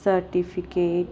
certificate